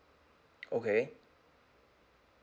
okay